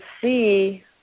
see